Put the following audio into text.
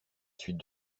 suite